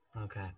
Okay